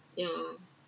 ya